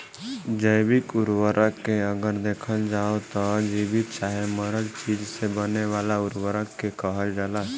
जैविक उर्वरक के अगर देखल जाव त जीवित चाहे मरल चीज से बने वाला उर्वरक के कहल जाला